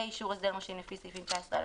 אישור הסדר נושים לפי סעיפים 19א,